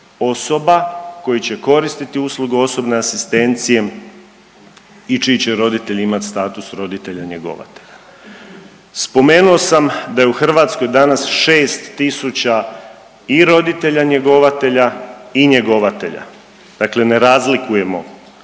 osoba koji će koristiti usluge osobne asistencije i čiji će roditelji imat status roditelja njegovatelja. Spomenuo sam da je u Hrvatskoj danas 6 tisuća i roditelja njegovatelja i njegovatelja, dakle ne razlikujemo